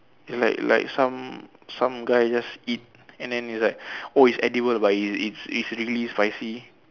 it's like like some some guy just eat and then is like oh is edible but it's it's really spicy